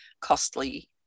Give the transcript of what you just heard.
costly